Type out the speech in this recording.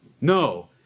No